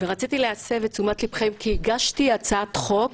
רציתי להסב את תשומת לבכם כי הגשתי הצעת חוק